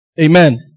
Amen